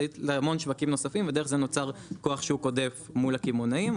להמון שווקים נוספים ודרך זה נוצר כוח שוק עודף מול הקמעונאים,